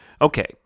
Okay